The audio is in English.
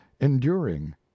enduring